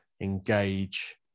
engage